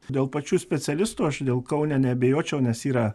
dėl pačių specialistų aš dėl kaune neabejočiau nes yra